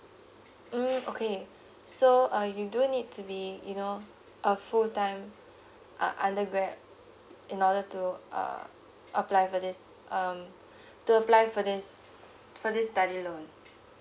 mm okay so uh you do need to be you know a full time uh undergrad in order to uh apply for this um to apply for this for this study loan